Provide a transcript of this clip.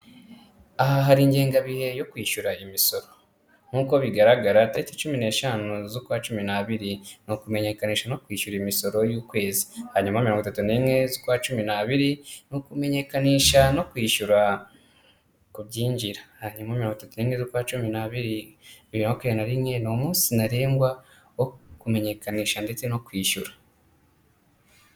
Aha hari ingengabihe yo kwishyura imisoro, nk'uko bigaragara tariki cumi n'eshanu z'ukwa cumi n'abiri, ni ukumenyekanisha no kwishyura imisoro y'ukwezi. Hanyuma mirongo itatu n'imwe z'ukwa cumi n'abiri, ni ukumenyekanisha no kwishyura ku byinjiri. Hanyuma mirongo itatu n'imwe z'ukwa cumi n'abiri bibiri na makumyabiri na rimwe, ni umunsi ntarengwa wo kumenyekanisha ndetse no kwishyura.